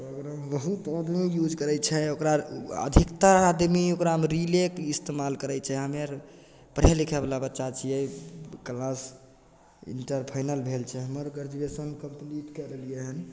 Instagram बहुत आदमी use करै छै ओकरा अधिकतर आदमी ओकरामे रीलेके इस्तेमाल करै छै हमे आओर पढ़ै लिखैवला बच्चा छिए किलास इण्टर फाइनल भेल छै हमर ग्रेजुएशन कम्प्लीट कै रहलिए हँ